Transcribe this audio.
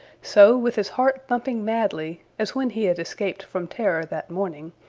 so with his heart thumping madly, as when he had escaped from terror that morning,